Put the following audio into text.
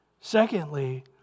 Secondly